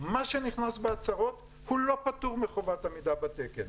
מה שנכנס בהצהרות לא פטור מחובת עמידה בתקן.